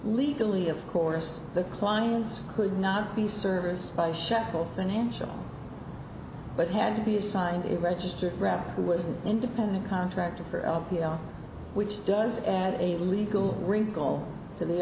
legally of course the clients could not be serviced by shekel financial but had to be assigned a registered rep who was an independent contractor for l p l which does a legal wrinkle to the